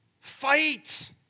Fight